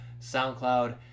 SoundCloud